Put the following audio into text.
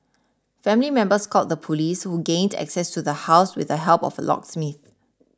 family members called the police who gained access to the house with the help of a locksmith